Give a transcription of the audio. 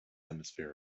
hemisphere